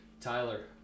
Tyler